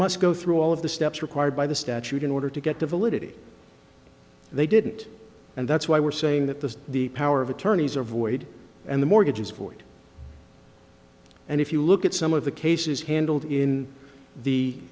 must go through all of the steps required by the statute in order to get the validity they didn't and that's why we're saying that the the power of attorneys are void and the mortgage is void and if you look at some of the cases handled in the